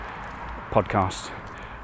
podcast